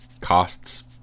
costs